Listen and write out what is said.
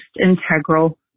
integral